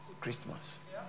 Christmas